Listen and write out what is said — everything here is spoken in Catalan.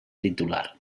titular